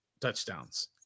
touchdowns